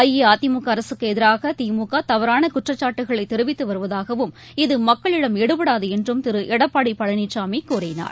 அஇஅதிமுகஅரசுக்குஎதிராகதிமுகதவறானகுற்றச்சாட்டுக்களைதெரிவித்துவருவதாகவும் இது மக்களிடம் எடுபடாதுஎன்றும் திருளடப்பாடிபழனிசாமிகழினார்